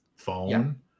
phone